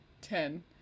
ten